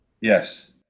Yes